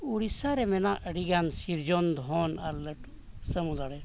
ᱩᱲᱤᱥᱥᱟᱨᱮ ᱢᱮᱱᱟᱜ ᱟᱹᱰᱤᱜᱟᱱ ᱥᱤᱨᱡᱚᱱ ᱫᱷᱚᱱ ᱟᱨ ᱞᱟᱹᱴᱩ ᱥᱟᱢᱩᱫᱽ ᱟᱲᱮ